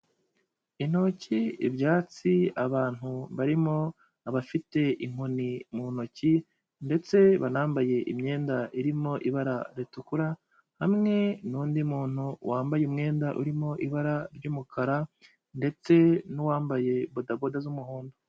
Intoki, ibyatsi, abantu barimo abafite inkoni mu ntoki ndetse banambaye imyenda irimo ibara ritukura, hamwe n'undi muntu wambaye umwenda urimo ibara ry'umukara ndetse n'uwambaye bodaboda z'umuhondo.